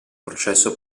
processo